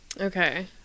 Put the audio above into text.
okay